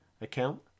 account